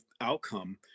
outcome